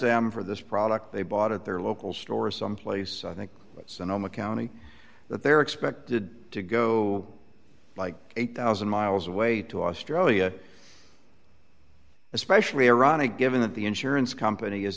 them for this product they bought at their local store someplace i think sonoma county that they're expected to go like eight thousand miles away to australia especially ironic given that the insurance company is